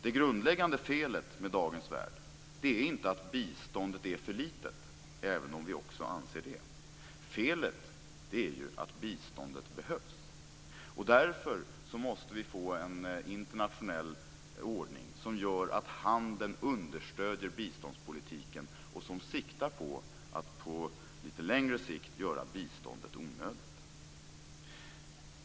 Det grundläggande felet med dagens värld är inte att biståndet är för litet, även om vi också anser det. Felet är ju att biståndet behövs. Därför måste vi få en internationell ordning som gör att handeln understöder biståndspolitiken och som siktar på att på lite längre sikt göra biståndet onödigt.